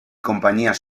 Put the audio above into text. compañías